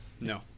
No